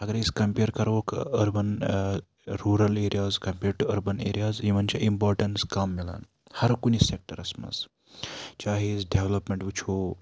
اگَر أسۍ کَمپیر کَرہوکھ urban rural areas compared to urban areas یِمن چھِ اِمپاٹینٕس کَم مِلان ہَر کُنہِ سیکٹَرَس منٛز چاہیے أسۍ ڈیولَپمینٛٹ وٕچھو